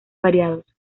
variados